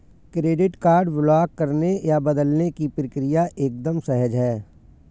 credit card block करने या बदलने की प्रक्रिया एकदम सहज है